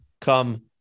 come